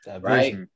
Right